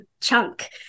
chunk